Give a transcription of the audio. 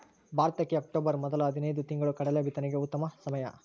ಭಾರತಕ್ಕೆ ಅಕ್ಟೋಬರ್ ಮೊದಲ ಹದಿನೈದು ದಿನಗಳು ಕಡಲೆ ಬಿತ್ತನೆಗೆ ಉತ್ತಮ ಸಮಯ